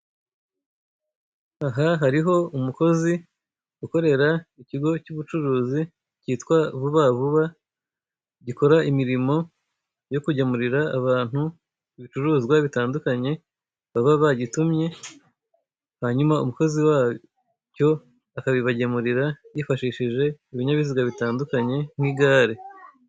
Aha hariho umukozi ukorera ikigo cy'ubucuruzi cyitwa Vuba vuba, gikora imirimo yo kugemurira abantu ibicuruzwa bitandukanye baba bagitumye, hanyuma umukozi wacyo akabibagemurira yifashishije ibinyabiziga bitandukanye nk'igare.